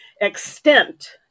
extent